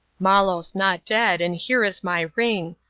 malos not dead, and here is my ring!